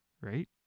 Right